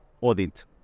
audit